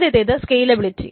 ആദ്യത്തേത് സ്കെയിലബിലിറ്റി